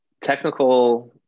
technical